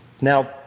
Now